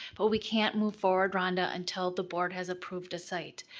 but we can't move forward, rhonda, until the board has approved a site.